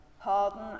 pardon